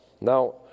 Now